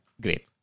Great